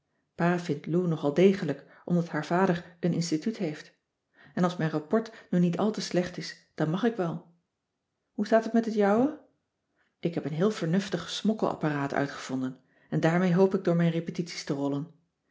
lou nog al degelijk omdat haar vader een instituut heeft en als mijn rapport nu niet al te slecht is dan mag ik wel hoe staat het met het jouwe ik heb een heel vernuftig smokkelapparaat uitgevonden en daarmee hoop ik door mijn repetities te rollen